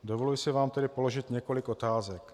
Dovoluji si vám tedy položit několik otázek: